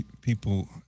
people